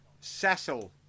Cecil